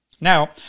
Now